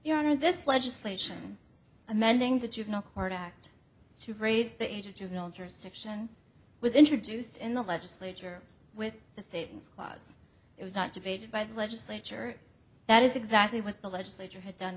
know this legislation amending the juvenile court act to raise the age of juvenile jurisdiction was introduced in the legislature with the satans laws it was not debated by the legislature that is exactly what the legislature had done